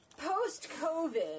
post-covid